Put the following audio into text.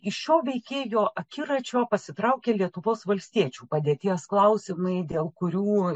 iš šio veikėjo akiračio pasitraukė lietuvos valstiečių padėties klausimai dėl kurių